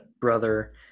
brother